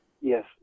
Yes